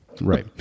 Right